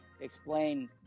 explain